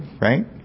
right